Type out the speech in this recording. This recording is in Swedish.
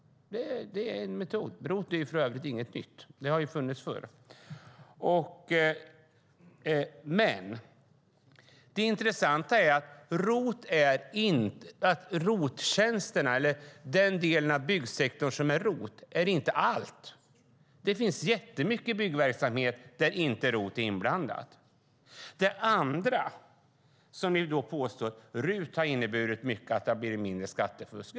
Det är en metod. ROT är för övrigt inget nytt. Det har funnits förr. Men det intressanta är att ROT-tjänsterna eller den delen av byggsektorn som utgörs av ROT inte är allt. Det finns jättemycket byggverksamhet där ROT inte är inblandat. Det andra ni påstår är att RUT har inneburit mycket mindre skattefusk.